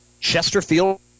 Chesterfield